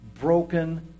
broken